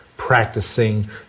Practicing